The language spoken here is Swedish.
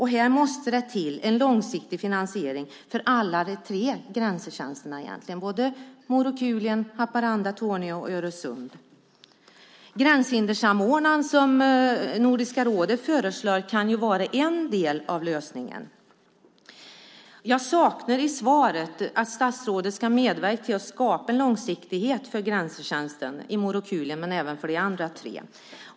Här måste det till en långsiktig finansiering för alla de tre grensetjänsterna, såväl Morokulien som Haparanda-Torneå och Öresund. Gränshindersamordnaren, som Nordiska rådet föreslår, kan vara en del av lösningen. Jag saknar i svaret beskedet att statsrådet ska medverka till att skapa en långsiktighet för Grensetjänsten i Morokulien men även för de andra tre.